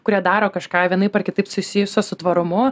kurie daro kažką vienaip ar kitaip susijusio su tvarumu